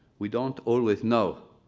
we don't always know